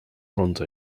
bronze